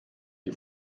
die